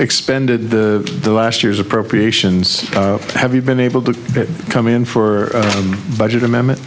expended the last year's appropriations have you been able to come in for a budget amendment